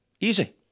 Easy